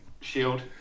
shield